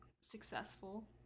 successful